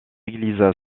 église